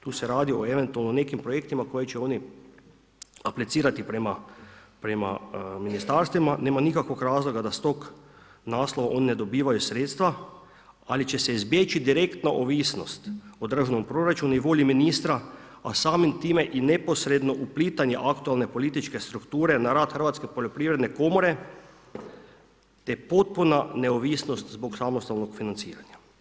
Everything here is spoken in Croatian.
Tu se radi o eventualno nekim projektima koje će oni aplicirati prema ministarstvima, nema nikakvog razloga da s tog razloga oni ne dobivaju sredstva, ali će se izbjeći direktno ovisnost o državnom proračunu i volji ministra, a samim time i neposredno uplitanje aktualne političke strukture na rad Hrvatske poljoprivredne komore, te potpuna neovisnost zbog samostalnog financiranja.